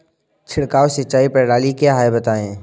छिड़काव सिंचाई प्रणाली क्या है बताएँ?